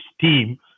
team